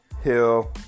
Hill